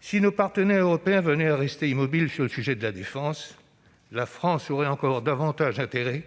Si nos partenaires européens venaient à rester immobiles sur le sujet de la défense, la France aurait encore davantage intérêt